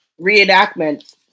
reenactment